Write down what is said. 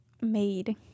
made